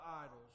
idols